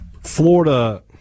Florida